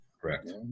correct